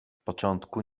początku